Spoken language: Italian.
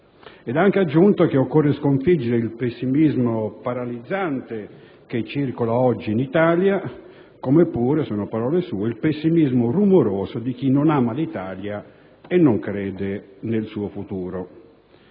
Ed ha anche aggiunto che occorre sconfiggere il pessimismo paralizzante che circola oggi in Italia, come pure - sono parole sue - il pessimismo rumoroso di chi non ama l'Italia e non crede nel suo futuro.